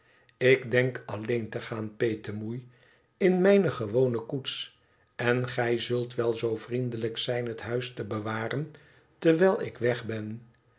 ik denk alleen te gaan petemoei in mijne gewone koets en gij zult wel zoo vriendelijk zijn het huis te bewaren terwijl ik weg ben